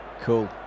cool